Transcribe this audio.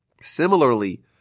Similarly